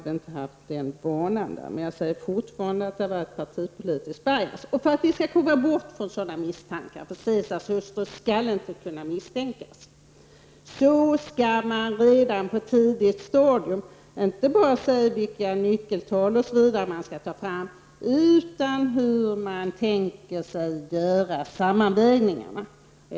Man hade väl inte den vanan. Jag vidhåller dock att det har varit partipolitisk ''bias''. För att vi skall kunna komma bort från sådana misstankar -- Caesars hustru skall ju inte kunna misstänkas -- skall man redan på ett tidigt stadium uttala sig inte bara om vilka nyckeltal t.ex. som skall tas fram utan också om hur man tänker sig att göra sammanvägningarna.